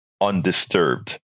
undisturbed